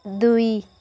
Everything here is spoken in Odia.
ଦୁଇ